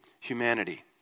humanity